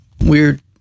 weird